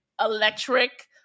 electric